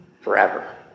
forever